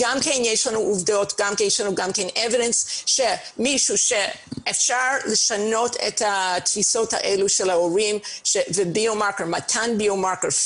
יש לנו עובדות שאפשר לשנות את התפיסות האלו של ההורים ומתן ביו-מרקר,